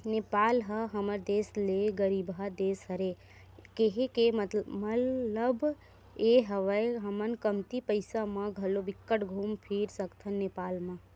नेपाल ह हमर देस ले गरीबहा देस हरे, केहे के मललब ये हवय हमन कमती पइसा म घलो बिकट घुम फिर सकथन नेपाल म